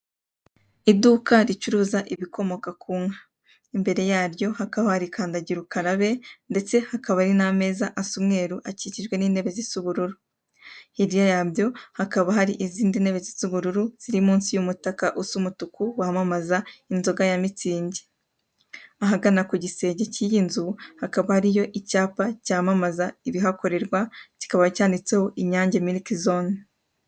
Iduka ricuruza ibikomoka ku nka, imbere yaryo hakaba hari kandagira ukarabe ndetse hakaba ari n'ameza asa umweru akikijwe n'intebe zisa ubururu, hirya yabyo hakaba hari izindi ntebe zisa ubururu ziri munsi y'umutaka usa umutuku wamamaza inzoga ya mitsingi. Ahagana ku gisenge cy'iyi nzu hakaba hariyo icyapa cyamamaza ibihakorerwa, kikaba cyanditseho Inyange miliki zone.